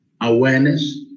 awareness